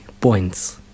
points